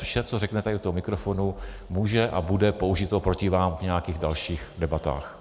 Vše, co řeknete tady do toho mikrofonu, může a bude použito proti vám v nějakých dalších debatách.